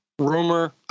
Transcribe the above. Rumor